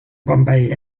bombay